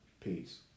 Peace